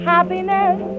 Happiness